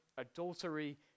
adultery